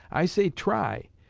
i say try,